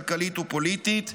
כלכלית ופוליטית.